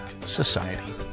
Society